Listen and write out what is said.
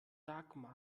dagmar